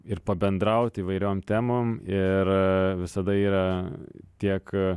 ir pabendraut įvairiom temom ir visada yra tiek